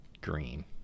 green